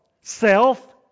Self